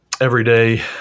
everyday